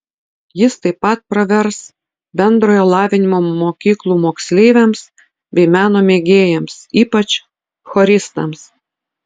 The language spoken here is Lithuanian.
jis taip pat pravers bendrojo lavinimo mokyklų moksleiviams bei meno mėgėjams ypač choristams